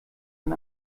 man